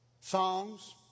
songs